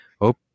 hope